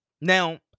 Now